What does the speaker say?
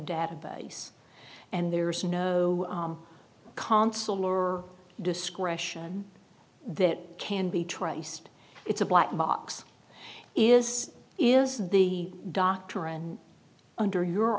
database and there is no consul or discretion that can be traced it's a black box is is the doctrine under your